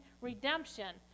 redemption